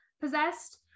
possessed